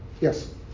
Yes